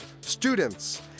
Students